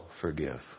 forgive